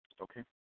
Okay